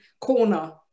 corner